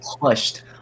pushed